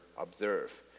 observe